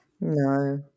No